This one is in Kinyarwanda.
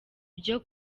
byo